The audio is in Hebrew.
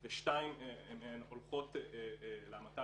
הם מאבדים את כל האפקט,